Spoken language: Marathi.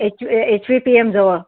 H U A H V P एमजवळ